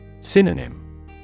Synonym